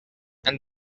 and